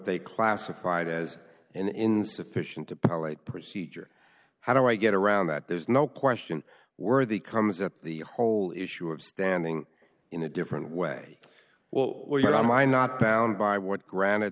they classified as an insufficient to powlett procedure how do i get around that there's no question worthy comes up the whole issue of standing in a different way well we're not on line not bound by what granite